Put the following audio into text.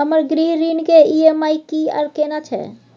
हमर गृह ऋण के ई.एम.आई की आर केना छै?